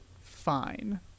fine